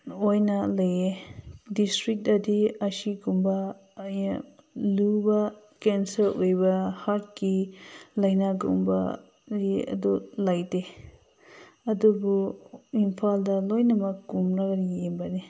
ꯑꯣꯏꯅ ꯂꯩꯌꯦ ꯗꯤꯁꯇ꯭ꯔꯤꯛꯇꯗꯤ ꯑꯁꯤꯒꯨꯝꯕ ꯌꯥꯝ ꯂꯨꯕ ꯀꯦꯟꯁꯔ ꯑꯣꯏꯕ ꯍꯥꯔꯠꯀꯤ ꯂꯥꯏꯅꯥꯒꯨꯝꯕ ꯑꯗꯨ ꯂꯩꯇꯦ ꯑꯗꯨꯕꯨ ꯏꯝꯐꯥꯜꯗ ꯂꯣꯏꯅꯃꯛ ꯀꯨꯝꯂꯒ ꯌꯦꯡꯕꯅꯤ